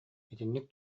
итинник